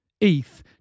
ETH